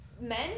Men